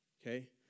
okay